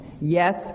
Yes